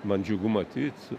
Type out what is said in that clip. man džiugu matyt